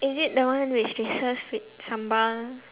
is it the one which they sell with sambal